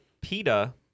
PETA